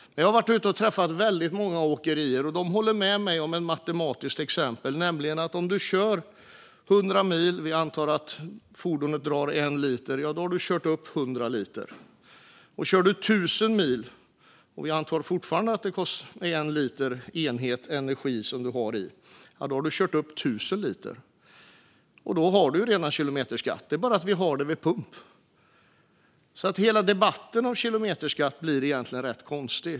Jag har varit ute och träffat väldigt många åkerier. De håller med mig om ett matematiskt exempel. Vi antar att fordonet drar 1 liter per mil. Om du kör 100 mil har du kört upp 100 liter. Om du kör 1 000 mil, och vi fortfarande antar att det drar en enhet energi, har du kört upp 1 000 liter. Då har du en ren kilometerskatt. Det är bara att vi har det vid pump. Hela debatten om kilometerskatt blir egentligen rätt konstig.